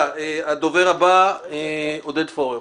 הדובר הבא הוא חבר הכנסת עודד פורר.